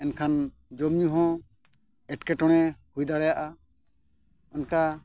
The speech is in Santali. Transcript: ᱮᱱᱠᱷᱟᱱ ᱡᱚᱢᱼᱧᱩ ᱦᱚᱸ ᱮᱴᱠᱮᱴᱚᱬᱮ ᱦᱩᱭ ᱫᱟᱲᱮᱭᱟᱜᱼᱟ ᱚᱱᱠᱟ